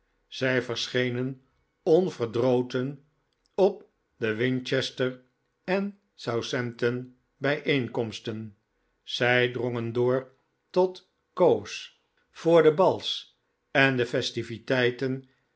zij verschenen onverdroten op de winchester en southampton bijeenkomsten zij drongen door tot cowes voor de bals en de festiviteiten